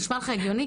נשמע לך הגיוני?